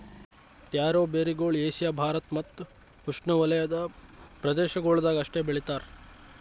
taro ಬೇರುಗೊಳ್ Asia Bharat ಮತ್ತ್ ಉಷ್ಣೆವಲಯದ ಪ್ರದೇಶಗೊಳ್ದಾಗ್ ಅಷ್ಟೆ ಬೆಳಿತಾರ್